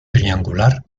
triangular